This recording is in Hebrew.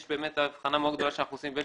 יש הבחנה מאוד גדולה שאנחנו עושים כאשר